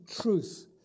truth